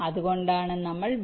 അതുകൊണ്ടാണ് നമ്മൾ വി